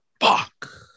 Fuck